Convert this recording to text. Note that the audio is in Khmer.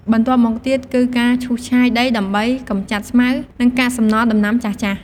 បន្ទាប់មកទៀតគឺការឈូសឆាយដីដើម្បី កម្ចាត់ស្មៅ និងកាកសំណល់ដំណាំចាស់ៗ។